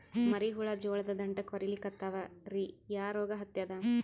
ಮರಿ ಹುಳ ಜೋಳದ ದಂಟ ಕೊರಿಲಿಕತ್ತಾವ ರೀ ಯಾ ರೋಗ ಹತ್ಯಾದ?